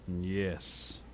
Yes